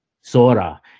Sora